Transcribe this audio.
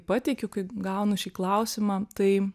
pateikiu kai gaunu šį klausimą tai